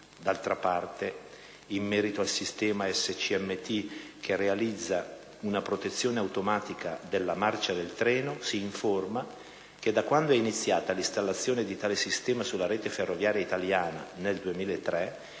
D'altra parte, in merito al sistema SCMT che realizza una protezione automatica della marcia del treno, si informa che, da quando è iniziata l'installazione di tale sistema sulla rete ferroviaria italiana (2003)